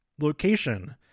location